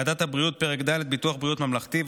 ועדת הבריאות: פרק ד' ביטוח בריאות ממלכתי.